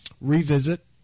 revisit